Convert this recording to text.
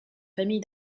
famille